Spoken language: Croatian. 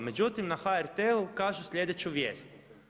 Međutim, na HRT-u kažu sljedeću vijest.